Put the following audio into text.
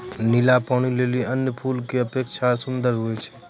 नीला पानी लीली अन्य फूल रो अपेक्षा सुन्दर हुवै छै